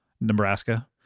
Nebraska